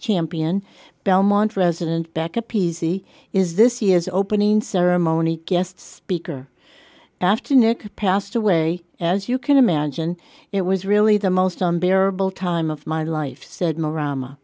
champion belmont resident back a p c is this year's opening ceremony guests speaker after nick passed away as you can imagine it was really the most on bearable time of my life said